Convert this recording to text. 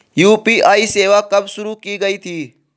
UPI सेवा कब शुरू की गई थी?